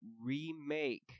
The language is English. remake